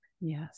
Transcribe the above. yes